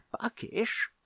buckish